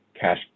cash